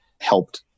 helped